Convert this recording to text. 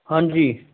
ਹਾਂਜੀ